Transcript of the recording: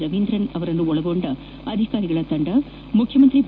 ರವೀಂದ್ರನ್ ಅವರನ್ನೊಳಗೊಂಡ ಅಧಿಕಾರಿಗಳ ತಂಡ ಮುಖ್ಯಮಂತ್ರಿ ಬಿ